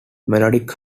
melodic